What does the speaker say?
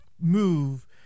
move